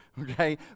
Okay